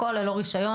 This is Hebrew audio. הכל ללא רישיון.